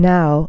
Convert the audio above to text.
Now